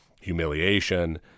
humiliation